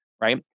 right